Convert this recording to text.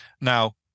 Now